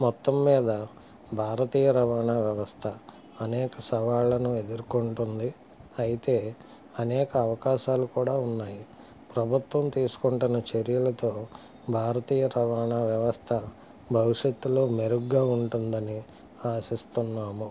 మొత్తం మీద భారతీయ రవాణా వ్యవస్థ అనేక సవాళ్ళను ఎదుర్కొంటోంది అయితే అనేక అవకాశాలు కూడా ఉన్నాయి ప్రభుత్వం తీసుకుంటున్న చర్యలతో భారతీయ రవాణా వ్యవస్థ భవిష్యత్తులో మెరుగ్గా ఉంటుందని ఆశిస్తున్నాము